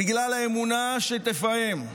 בגלל האמונה שתפעם,